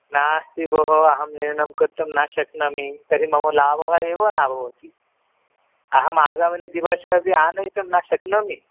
नास्ति भोः अहं निर्णयं कर्तुं न शक्नोमि तर्हि मम लाभः एव न भवति अहम् आगमिनिदिवसे अपि आनयितुं न शक्नोमि